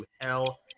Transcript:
hell